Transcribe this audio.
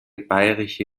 bayerische